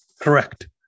Correct